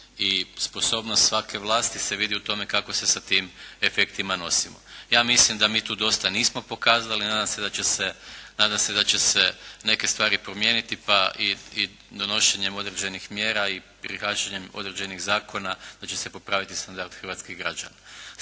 i sposobnost svake vlasti se vidi u tome kako se sa tim efektima nosimo. Ja mislim da mi tu dosta nismo pokazali, a nadam se da će se neke stvari promijeniti pa i donošenjem određenih mjera i prihvaćanjem određenih zakona da će se popraviti standard hrvatskih građana.